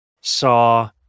saw